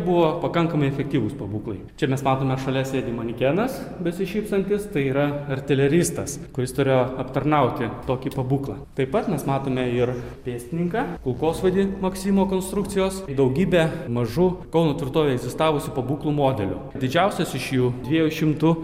buvo pakankamai efektyvūs pabūklai čia mes matome šalia sėdi manekenas besišypsantis tai yra artileristas kuris turėjo aptarnauti tokį pabūklą taip pat mes matome ir pėstininką kulkosvaidį maksimo konstrukcijos daugybę mažų kauno tvirtovėje egzistavusių pabūklų modelių didžiausias iš jų dviejų šimtų